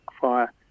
fire